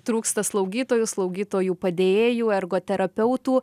trūksta slaugytojų slaugytojų padėjėjų ergoterapeutų